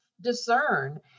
discern